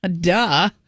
duh